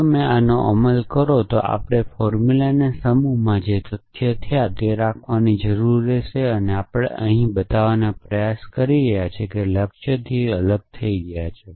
જો તમે આનો અમલ કરો તો આપણે ફોર્મુલાના સમૂહમાં જે તથ્યો છે તે રાખવાની જરૂર રહેશે જે આપણે બતાવવાનો પ્રયાસ કરી રહેલા લક્ષ્યોથી અલગ થઈ ગયા છે